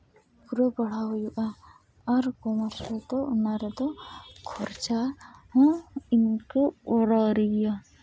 ᱯᱩᱨᱟᱹ ᱯᱟᱲᱦᱟᱣ ᱦᱩᱭᱩᱜᱼᱟ ᱟᱨ ᱠᱚᱢᱟᱨᱥ ᱠᱚᱫᱚ ᱚᱱᱟ ᱨᱮᱫᱚ ᱠᱷᱚᱨᱪᱟ ᱦᱚᱸ ᱤᱱᱠᱟᱹ ᱚᱨᱟ ᱩᱨᱤ ᱜᱮᱭᱟ